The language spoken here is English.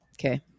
Okay